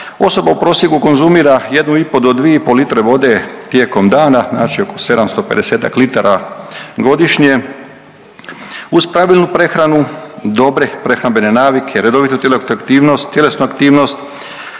Osoba u prosjeku konzumira 1,5 do 2,5 litre vode tijekom dana znači oko 750-ak litara godišnje uz pravilnu prehranu, dobre prehrambene navike, redovitu tjelesnu aktivnost